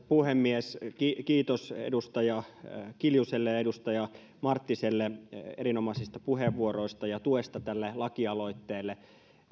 puhemies kiitos edustaja kiljuselle ja edustaja marttiselle erinomaisista puheenvuoroista ja tuesta tälle lakialoitteelle